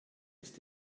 ist